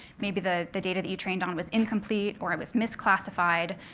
maybe the the data that you trained on was incomplete, or it was misclassified,